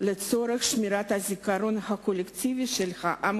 לצורך שמירת הזיכרון הקולקטיבי של העם